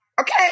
Okay